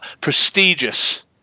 prestigious